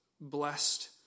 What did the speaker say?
blessed